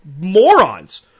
morons